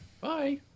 Bye